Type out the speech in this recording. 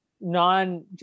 non